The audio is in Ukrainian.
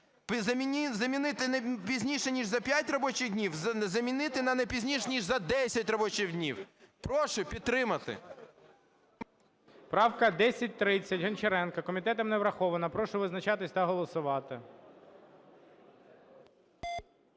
Замінити: "не пізніше ніж за п'ять робочих днів" замінити на "не пізніше ніж за 10 робочих днів". Прошу підтримати. ГОЛОВУЮЧИЙ. Правка 1030 Гончаренка, комітетом не врахована. Прошу визначатись та голосувати.